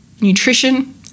nutrition